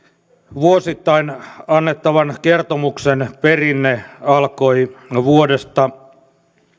vuosittain annettavan kertomuksen perinne alkoi vuodesta